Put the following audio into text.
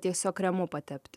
tiesiog kremu patepti